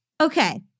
Okay